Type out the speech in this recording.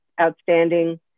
outstanding